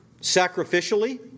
sacrificially